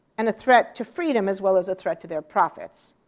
and a threat to freedom, as well as a threat to their profits.